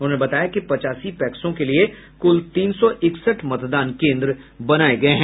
उन्होंने बताया कि पचासी पैक्सों के लिए कुल तीन सौ इकसठ मतदान केन्द्र बनाये गये हैं